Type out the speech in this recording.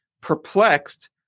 perplexed